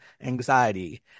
anxiety